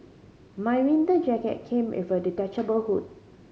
my winter jacket came with a detachable hood